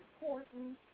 important